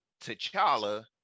t'challa